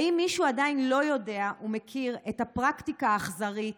האם מישהו עדיין לא יודע ומכיר את הפרקטיקה האכזרית,